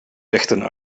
lichten